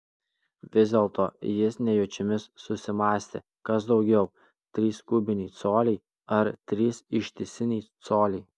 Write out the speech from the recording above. vis dėlto jis nejučiomis susimąstė kas daugiau trys kubiniai coliai ar trys ištisiniai coliai